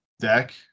deck